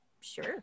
sure